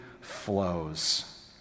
flows